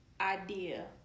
idea